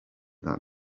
that